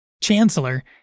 Chancellor